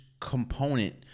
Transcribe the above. component